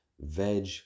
veg